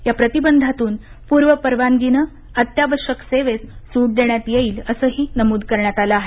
या प्रतिबंधातून प्र्वपरवानगीनं अत्यावश्यक सेवेस सूट देण्यात येईल असंही नमूद करण्यात आलं आहे